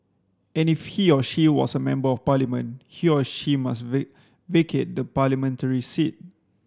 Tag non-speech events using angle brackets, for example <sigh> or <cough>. and if he or she was a Member of Parliament he or she must <unintelligible> vacate the parliamentary seat